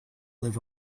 live